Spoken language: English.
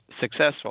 successful